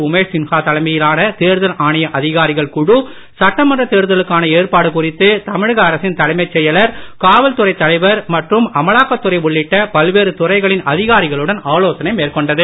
உமேஷ் சின்ஹா தலைமையிலான தேர்தல் ஆணைய அதிகாரிகள் குழு சட்டமன்றத் தேர்தலுக்கான ஏற்பாடு குறித்து தமிழக அரசின் தலைமைச் செயலர் காவல்துறை தலைவர் மற்றும் அமலாக்கத்துறை உள்ளிட்ட பல்வேறு துறைகளின் அதிகாரிகளுடன் ஆலோசனை மேற்கொண்டது